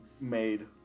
made